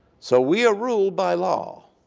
so we are ruled by law